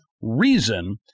reason